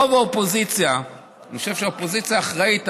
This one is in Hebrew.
רוב האופוזיציה: אני חושב שהאופוזיציה אחראית,